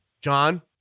John